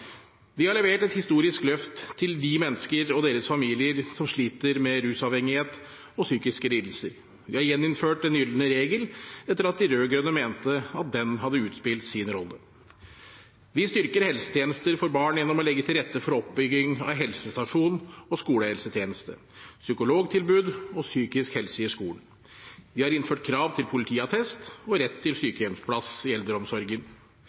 Vi har levert et historisk løft til de mennesker og deres familier som sliter med rusavhengighet og psykiske lidelser. Vi har gjeninnført den gylne regel etter at de rød-grønne mente at den hadde utspilt sin rolle. Vi styrker helsetjenester for barn gjennom å legge til rette for oppbygging av helsestasjon og skolehelsetjeneste, psykologtilbud og psykisk helse i skolen. Vi har innført krav til politiattest og rett til sykehjemsplass i eldreomsorgen.